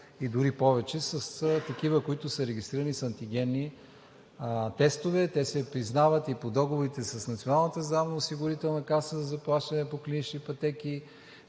и дори повече, са такива, които са регистрирани с антигенни тестове. Те се признават и по договорите с Националната здравноосигурителна каса за плащане по клинични пътеки,